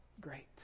great